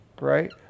right